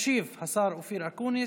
ישיב השר אופיר אקוניס,